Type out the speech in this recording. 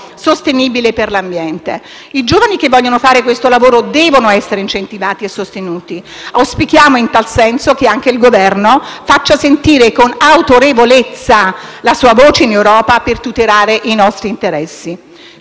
sostenibile per l'ambiente. I giovani che vogliono fare questo lavoro devono essere incentivati e sostenuti. Auspichiamo in tal senso che anche il Governo faccia sentire con autorevolezza la sua voce in Europa per tutelare i nostri interessi.